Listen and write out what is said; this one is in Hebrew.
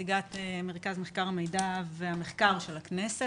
נציגת מרכז המחקר והמידע של הכנסת.